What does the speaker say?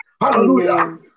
Hallelujah